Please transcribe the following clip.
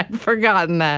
forgotten that